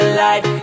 light